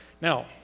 Now